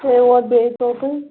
سۅے ووت بیٚیہِ توٚتُے